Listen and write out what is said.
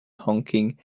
honking